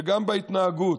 וגם בהתנהגות.